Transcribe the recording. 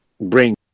bring